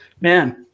man